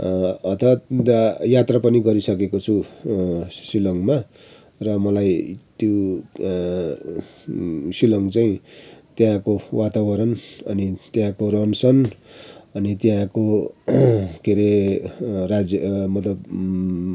हठात यात्रा पनि गरिसकेको छु सिलङमा र मलाई त्यो सिलङ चाहिँ त्यहाँको वातावरण अनि त्यहाँको रहन सहन अनि त्यहाँको के अरे राज्य मतलब